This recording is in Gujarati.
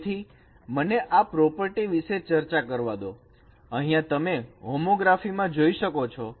તેથી મને આ પ્રોપર્ટી વિશે ચર્ચા કરવા દો અહીંયા તમે હોમોગ્રાફી માં જોઈ શકો છો